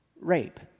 rape